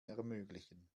ermöglichen